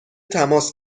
تماس